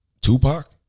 tupac